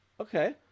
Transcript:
Okay